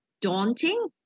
daunting